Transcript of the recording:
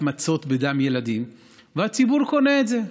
מצות בדם ילדים והציבור קונה את זה?